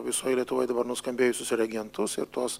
visoj lietuvoj dabar nuskambėjusius reagentus ir tuos